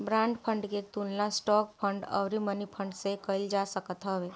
bond fund के तुलना stock fund अउरी मनीफंड से कईल जा सकत हवे